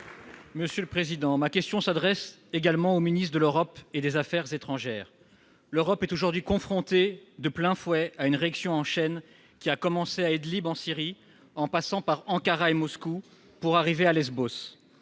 En Marche. Ma question s'adresse également à M. le ministre de l'Europe et des affaires étrangères. L'Europe est aujourd'hui confrontée de plein fouet à une réaction en chaîne qui a commencé à Idlib, en Syrie, en passant par Ankara et Moscou, pour arriver à Lesbos.